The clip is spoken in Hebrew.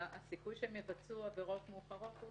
הסיכוי שהם יבצעו עבירות מאוחרות,